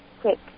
quick